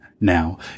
now